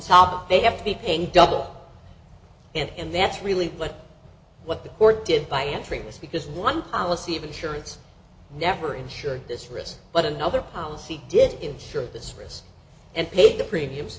top they have to be paying double and that's really what the court did by entering this because one policy of insurance never insured this risk but another policy did insure this risk and paid the premiums